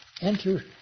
enter